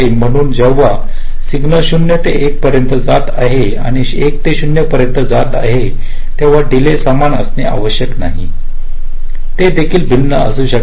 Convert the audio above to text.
म्हणून जेव्हा सिग्नल 0 ते 1 पर्यंत जात आहे आणि 1 ते 0 पर्यंत जात आहे तेव्हा डीले समान असणे आवश्यक नाही ते देखील भिन्न असू शकतात